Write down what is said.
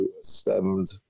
stemmed